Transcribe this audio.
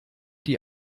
die